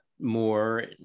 More